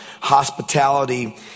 hospitality